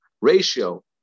Ratio